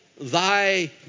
thy